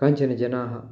काचन जनाः